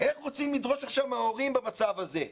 איך רוצים לדרוש עכשיו מההורים במצב הזה?